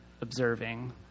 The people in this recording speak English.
observing